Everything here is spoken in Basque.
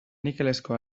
nikelezko